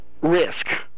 risk